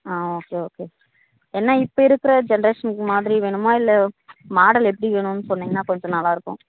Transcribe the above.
ஆ okay okay ஏன்னா இப்போ இருக்கிற ஜென்ரேஷன் மாதிரி வேணுமா இல்லை மாடல் எப்படி வேணும்ன்னு சொன்னிங்கன்னா கொஞ்சம் நல்லாருக்கும்